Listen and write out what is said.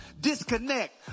disconnect